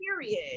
period